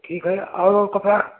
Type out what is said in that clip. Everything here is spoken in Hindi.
ठीक है और वो कपड़ा